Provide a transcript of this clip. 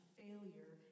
failure